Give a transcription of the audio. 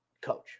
coach